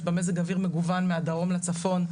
יש בה מזג אויר מגוון מהדרום לצפון,